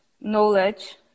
knowledge